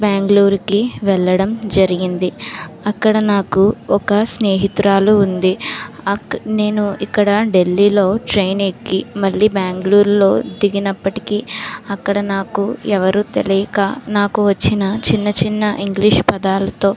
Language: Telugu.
బెంగళూరుకి వెళ్లడం జరిగింది అక్కడ నాకు ఒక స్నేహితురాలు ఉంది నేను ఇక్కడ ఢిల్లీలో ట్రైన్ ఎక్కి మళ్ళీ బెంగళూరులో దిగినప్పటికీ అక్కడ నాకు ఎవరు తెలియక నాకు వచ్చిన చిన్న చిన్న ఇంగ్లీష్ పదాలతో